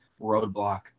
roadblock